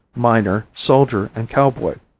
miner, soldier and cowboy,